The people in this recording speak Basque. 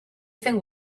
zen